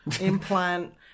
implant